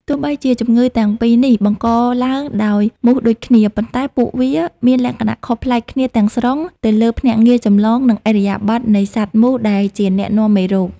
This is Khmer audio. ទោះបីជាជំងឺទាំងពីរនេះបង្កឡើងដោយមូសដូចគ្នា ប៉ុន្តែពួកវាមានលក្ខណៈខុសប្លែកគ្នាទាំងស្រុងទៅលើភ្នាក់ងារចម្លង និងឥរិយាបថនៃសត្វមូសដែលជាអ្នកនាំមេរោគ។